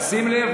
אבל שים לב,